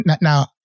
Now